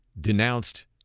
denounced